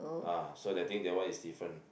ah so they think that one is different